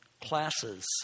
classes